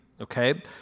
okay